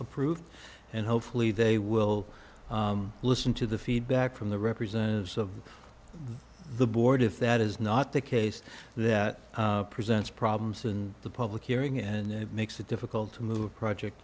approved and hopefully they will listen to the feedback from the representatives of the board if that is not the case that presents problems in the public hearing and makes it difficult to move the project